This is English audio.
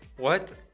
what